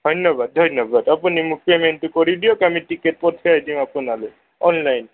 ধন্যবাদ ধন্যবাদ আপুনি মোক পে'মেণ্টটো কৰি দিয়ক আমি টিকেট পঠিয়াই দিম আপোনালৈ অনলাইন